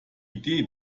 idee